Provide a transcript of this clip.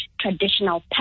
traditional